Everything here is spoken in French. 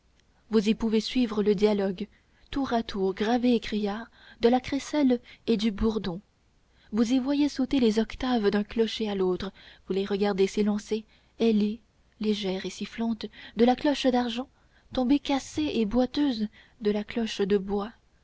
vous y pouvez suivre le dialogue tour à tour grave et criard de la crécelle et du bourdon vous y voyez sauter les octaves d'un clocher à l'autre vous les regardez s'élancer ailées légères et sifflantes de la cloche d'argent tomber cassées et boiteuses de la cloche de bois